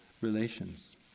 relations